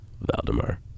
Valdemar